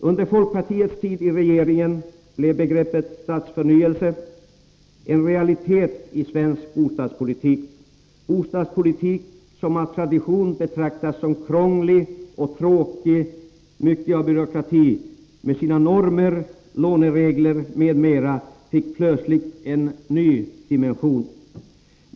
Under folkpartiets tid i regeringen blev begreppet stadsförnyelse en realitet i svensk bostadspolitik. Bostadspolitiken, som av tradition betraktats som krånglig och tråkig och mycket byråkratisk med sina normer, låneregler m.m., fick plötsligt en ny dimension.